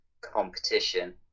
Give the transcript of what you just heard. competition